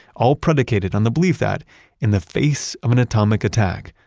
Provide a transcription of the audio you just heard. all predicated on the belief that in the face of an atomic attack,